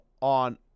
on